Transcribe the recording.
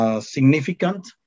significant